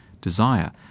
desire